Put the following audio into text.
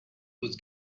was